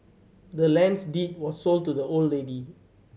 the land's deed was sold to the old lady